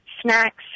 snacks